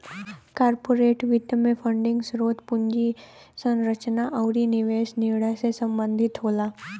corporate वित्त में funding स्रोत, पूंजी संरचना आुर निवेश निर्णय से संबंधित होला